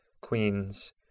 queens